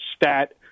stat